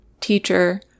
teacher